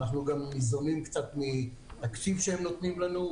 אנחנו גם ניזונים קצת מתקציב שהם נותנים לנו.